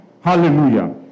Hallelujah